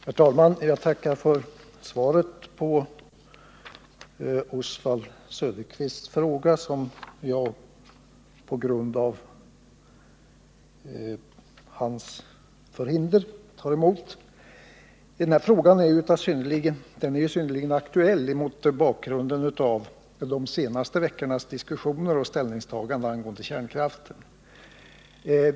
Herr talman! Jag tackar för svaret på Oswald Söderqvists fråga, vilket jag tar emot på grund av hans förhinder. Frågan är ju synnerligen aktuell mot bakgrund av de senaste veckornas diskussioner och ställningstaganden angående kärnkraften.